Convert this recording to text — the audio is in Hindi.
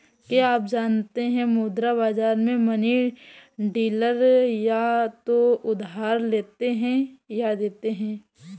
क्या आप जानते है मुद्रा बाज़ार में मनी डीलर या तो उधार लेते या देते है?